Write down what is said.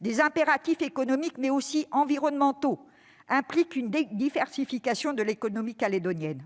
Des impératifs non seulement économiques mais aussi environnementaux impliquent une diversification de l'économie calédonienne.